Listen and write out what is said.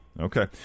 Okay